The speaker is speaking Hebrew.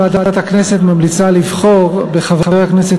ועדת הכנסת ממליצה לבחור בחבר הכנסת